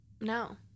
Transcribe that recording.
No